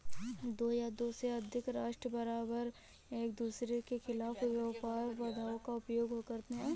दो या दो से अधिक राष्ट्र बारबार एकदूसरे के खिलाफ व्यापार बाधाओं का उपयोग करते हैं